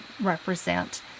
represent